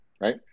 right